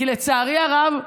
כי לצערי הרב,